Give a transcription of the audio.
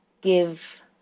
give